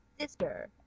sister